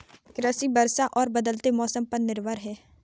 कृषि वर्षा और बदलते मौसम पर निर्भर है